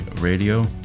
radio